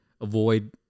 avoid